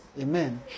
Amen